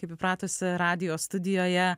kaip įpratusi radijo studijoje